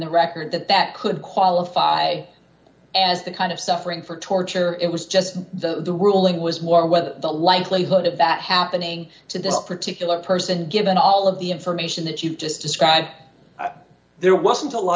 the record that that could qualify as the kind of suffering for torture it was just the ruling was more weather the likelihood of that happening to this particular person given all of the information that you just described that there wasn't a lot